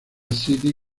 city